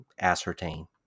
ascertain